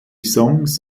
songs